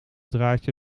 draadje